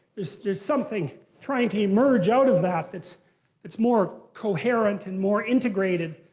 there's something trying to emerge out of that that's that's more coherent and more integrated.